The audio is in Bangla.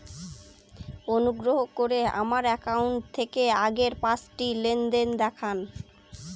অনুগ্রহ করে আমার অ্যাকাউন্ট থেকে আগের পাঁচটি লেনদেন দেখান